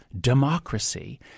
democracy